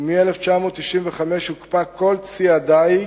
ומ-1995 הוקפא כל צי הדיג.